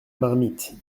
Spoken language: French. marmite